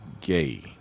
gay